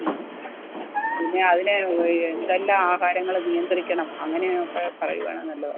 ആ പിന്നെ അതിന് എന്തെല്ലാം ആഹാരങ്ങൾ നിയന്ത്രിക്കണം അങ്ങനെ ഒക്കെ പറയുവാണേൽ നല്ലതാ